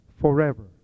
forever